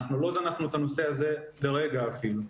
אנחנו לא זנחנו את הנושא הזה לרגע אפילו.